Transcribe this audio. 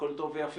הכול טוב ויפה,